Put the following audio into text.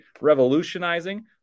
revolutionizing